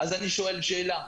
אז אני שואל שאלה,